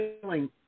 feeling